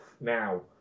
now